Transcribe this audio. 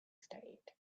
stayed